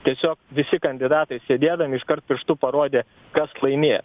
tiesiog visi kandidatai sėdėdami iškart pirštu parodė kas laimės